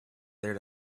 there